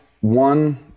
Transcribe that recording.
one